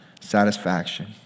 satisfaction